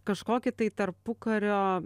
kažkokį tai tarpukario